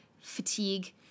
fatigue